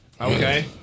Okay